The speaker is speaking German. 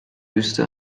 wüste